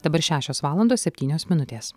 dabar šešios valandos septynios minutės